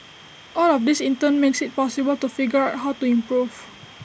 all of this in turn makes IT possible to figure out how to improve